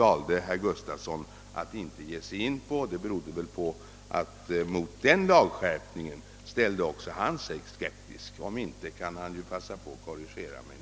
Jag hoppas det inte berodde på att också han ställde sig skeptisk mot den lagskärpningen.